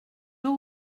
deux